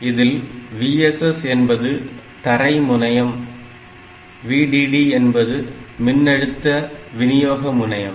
இதில் VSS என்பது தரை முனையம் VDD என்பது மின்னழுத்த வினியோக முனையம்